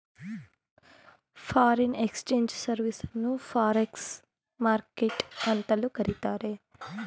foreign exchange service ಅನ್ನು forex market ಅಂತಲೂ ಕರಿತಾರೆ